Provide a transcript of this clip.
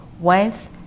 wealth